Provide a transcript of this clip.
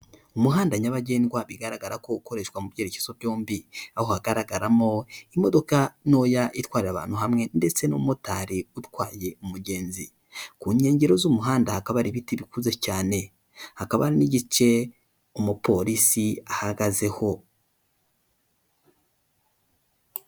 Umuhanda nyabagendwa bigaragara ko ukoreshwa mu byerekezo byombi aho hagaragaramo imodoka ntoya itwara abantu hamwe ndetse n'umumotari utwaye umugenzi ku nkengero z'umuhanda hakaba ari ibiti bikuze cyane hakaba n'igice umupolisi ahagazeho.